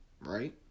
right